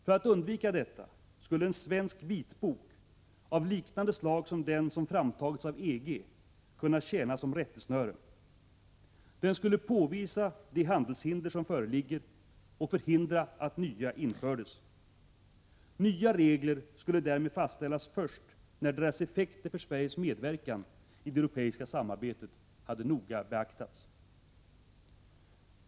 För att undvika detta skulle en svensk vitbok av liknande slag som den som framtagits av EG kunna tjäna som rättesnöre. Den skulle påvisa de handelshinder som föreligger och förhindra att nya infördes. Nya regler skulle därmed fastställas först när deras effekter för Sveriges medverkan i det europeiska samarbetet hade noga beaktats.